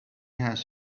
has